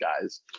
guys